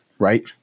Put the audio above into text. Right